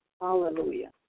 Hallelujah